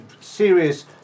serious